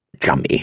Chummy